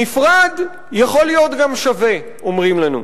נפרד יכול להיות גם שווה, אומרים לנו.